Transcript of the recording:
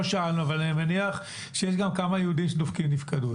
לא שאלנו אבל אני מניח שיש גם כמה יהודים שדופקים נפקדות.